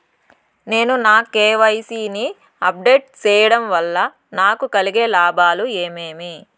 నేను నా కె.వై.సి ని అప్ డేట్ సేయడం వల్ల నాకు కలిగే లాభాలు ఏమేమీ?